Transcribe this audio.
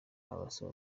abasaba